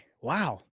wow